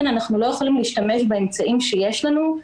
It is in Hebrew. אנחנו לא יכולים להשתמש באמצעים שיש לנו,